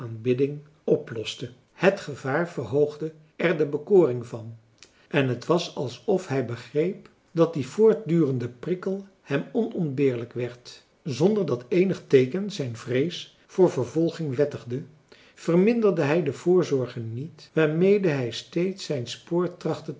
aanbidding oploste het gevaar verhoogde er de bekoring van en het was alsof hij begreep dat die voortdurende prikkel hem onontbeerlijk werd zonder dat eenig teeken zijn vrees voor vervolging wettigde verminderde hij de voorzorgen niet waarmede hij steeds zijn spoor trachtte